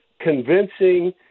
convincing